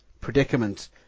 predicament